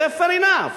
זהfair enough .